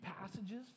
passages